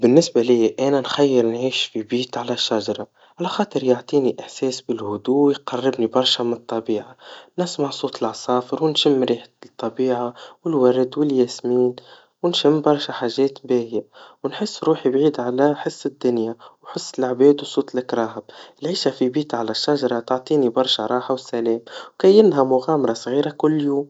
بالنسبة ليا, أني نخير نعيش في بيت على شجرا, على خاطر يعطيني إحساس بالهدوء, ويقربني برشا مالطبيعا, نسمع صوت العصافر, ونشم ريحة الطبيعا, والورد والياسمين, ونشم برشا حاجات باهيا, ونحس روحي بعيد على حس الدنيا, وحس العباد وصوت الكراهب, العيشا في بيت على الشجرا بتعطيني برشا راحا وسلام, كي انها مغامرا صغيرا كل يوم,